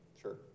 Sure